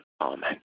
amen